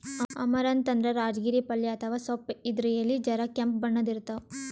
amaranth ಅಂದ್ರ ರಾಜಗಿರಿ ಪಲ್ಯ ಅಥವಾ ಸೊಪ್ಪ್ ಇದ್ರ್ ಎಲಿ ಜರ ಕೆಂಪ್ ಬಣ್ಣದ್ ಇರ್ತವ್